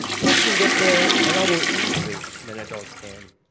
kids can get there a lot more easily than adults can,